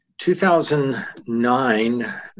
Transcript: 2009